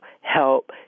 help